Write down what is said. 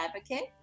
advocate